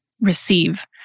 receive